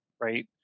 right